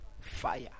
fire